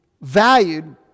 valued